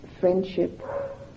friendship